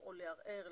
עם כל הרע שבה,